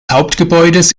hauptgebäudes